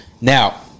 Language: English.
Now